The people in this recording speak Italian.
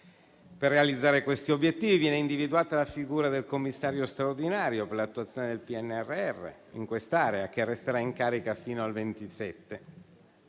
Per realizzare questi obiettivi viene individuata la figura del commissario straordinario per l'attuazione del PNRR in quest'area, che resterà in carica fino al 2027.